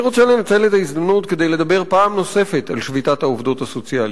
אני רוצה לנצל את ההזדמנות לדבר פעם נוספת על שביתת העובדות הסוציאליות.